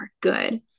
good